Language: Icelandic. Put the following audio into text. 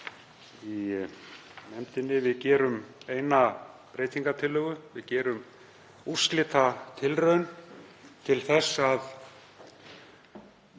í nefndinni. Við gerum eina breytingartillögu. Við gerum úrslitatilraun til þess að